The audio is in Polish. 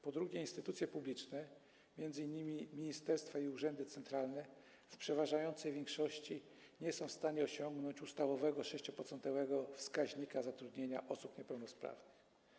Po drugie, instytucje publiczne, m.in. ministerstwa i urzędy centralne, w przeważającej większości nie są w stanie osiągnąć ustawowego 6-procentowego wskaźnika zatrudnienia osób niepełnosprawnych.